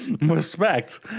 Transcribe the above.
Respect